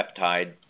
peptide